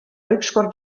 ükskord